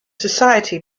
society